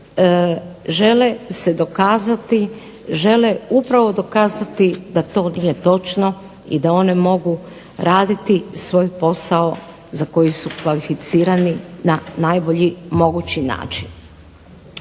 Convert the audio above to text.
žele se dokazati, žele upravo dokazati da to nije točno i da one mogu raditi svoj posao za koji su kvalificirani na najbolji mogući način.